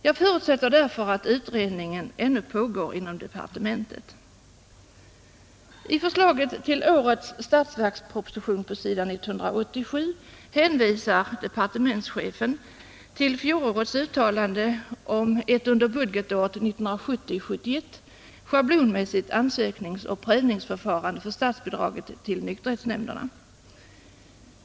Jag förutsätter därför att utredningen ännu pågår inom departementet. : I förslaget på s. 187 i årets statsverksproposition hänvisar departementschefen till fjolårets uttalande om ett under budgetåret 1970/71 schablonmässigt ansökningsoch prövningsförfarande för statsbidraget till nykterhetsnämnderna.